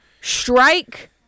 strike